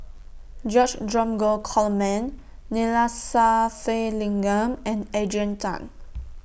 George Dromgold Coleman Neila Sathyalingam and Adrian Tan